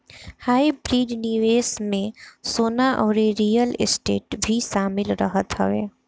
hybrid निवेश में सोना अउरी रियल स्टेट भी शामिल रहत हवे